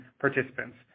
participants